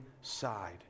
side